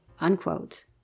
Unquote